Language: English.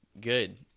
good